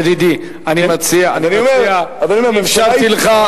ידידי, אני מציע, אפשרתי לך,